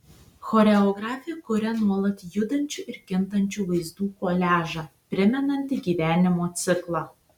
choreografė kuria nuolat judančių ir kintančių vaizdų koliažą primenantį gyvenimo ciklą